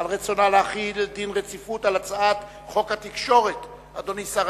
אני קובע שבקשת הממשלה להחיל דין רציפות על הצעת חוק תרומת ביציות,